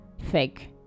fake